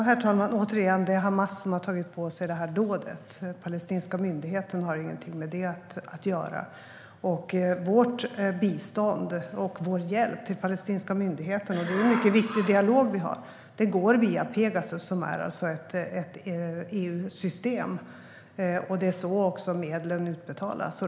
Herr talman! Återigen: Det är Hamas som har tagit på sig det här dådet. Den palestinska myndigheten har ingenting med det att göra. Vårt bistånd och vår hjälp till den palestinska myndigheten - det är en mycket viktig dialog vi för - går via Pegasus, som är ett EU-system. Det är också så medlen utbetalas.